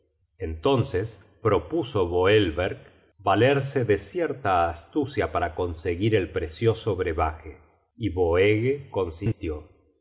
entonces propuso boelverck va lerse de cierta astucia para conseguir el precioso brevaje y boege consintió